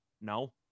No